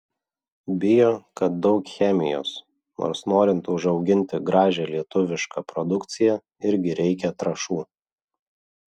bijo kad daug chemijos nors norint užauginti gražią lietuvišką produkciją irgi reikia trąšų